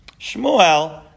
Shmuel